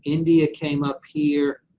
india came up here,